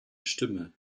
stimme